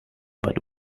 but